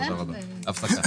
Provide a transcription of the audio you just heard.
תודה רבה, הישיבה נעולה.